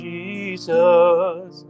Jesus